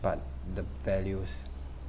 but the values